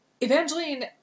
Evangeline